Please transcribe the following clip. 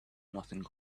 nothing